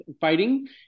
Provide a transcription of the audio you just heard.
fighting